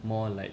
more like